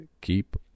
keep